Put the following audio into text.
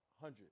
Hundred